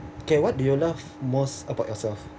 okay what do you love most about yourself